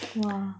!wah!